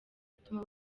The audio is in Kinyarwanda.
ituma